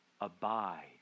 abide